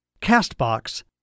CastBox